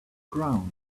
ground